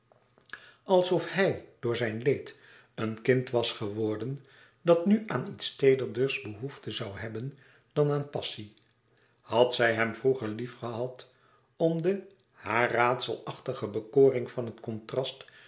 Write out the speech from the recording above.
alsof hij door zijn leed een kind was geworden dat nu aan iets teerderders behoefte zoû hebben dan aan passie had zij hem vroeger liefgehad om de haar raadselachtige bekoring van het contrast